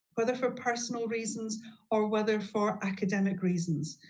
whether for personal reasons or whether for academic reasons.